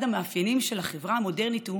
אחד המאפיינים של החברה המודרנית הוא